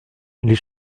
les